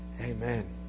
Amen